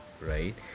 right